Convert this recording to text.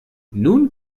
nun